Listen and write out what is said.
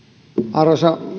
arvoisa